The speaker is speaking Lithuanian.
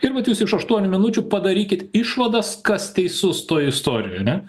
ir vat jūs iš aštuonių minučių padarykit išvadas kas teisus toj istorijoj ane